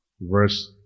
verse